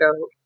go